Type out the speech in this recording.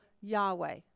Yahweh